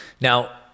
Now